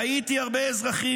"ראיתי הרבה אזרחים,